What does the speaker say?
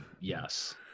yes